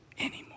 anymore